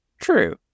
True